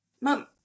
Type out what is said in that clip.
Mom